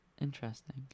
Interesting